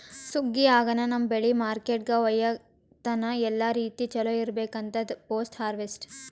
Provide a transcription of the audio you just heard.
ಸುಗ್ಗಿ ಆಗನ ನಮ್ಮ್ ಬೆಳಿ ಮಾರ್ಕೆಟ್ಕ ಒಯ್ಯತನ ಎಲ್ಲಾ ರೀತಿ ಚೊಲೋ ಇರ್ಬೇಕು ಅಂತದ್ ಪೋಸ್ಟ್ ಹಾರ್ವೆಸ್ಟ್